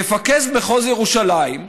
מפקד מחוז ירושלים,